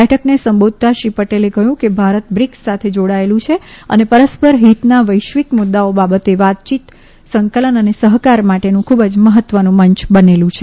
બેઠકને સંબોધતા શ્રી પટેલે કહ્યું કે ભારત બ્રીકસ સાથે જોડાયેલુ છે અને પરસ્પર હિતના વૈશ્વિક મુદ્દાઓ બાબતે વાતયીત સંકલન અને સહકાર માટેનું ખુબ જ મહત્વનું મંચ બનેલુ છે